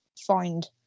find